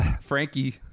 Frankie